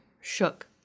shook